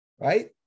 right